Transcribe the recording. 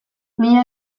mila